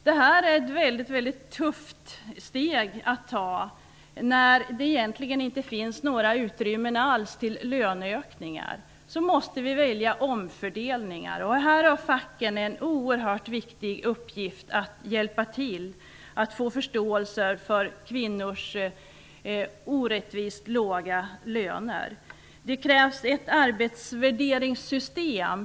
Det är ett väldigt tufft steg att ta. När det egentligen inte finns några utrymmen alls för löneökningar måste vi välja omfördelningar. Här har facken en oerhört viktig uppgift när det gäller att hjälpa till att skapa förståelse för kvinnors orättvist låga löner. För det krävs ett arbetsvärderingssystem.